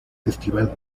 festival